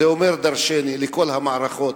זה אומר דורשני לכל המערכות,